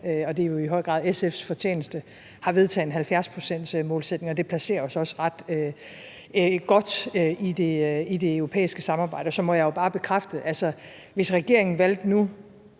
og det er jo i høj grad SF's fortjeneste – har vedtaget en 70-procentsmålsætning, og det placerer os også ret godt i det europæiske samarbejde. Så må jeg jo bare bekræfte, at hvis ikke der havde